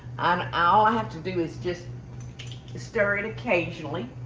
um all i have to do is just stir it occasionally.